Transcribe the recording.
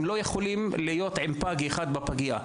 הם לא יכולים להיות עם פג אחד בפגייה.